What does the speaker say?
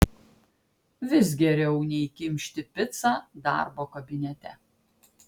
vis geriau nei kimšti picą darbo kabinete